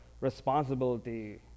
responsibility